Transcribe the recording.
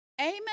Amen